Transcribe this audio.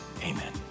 Amen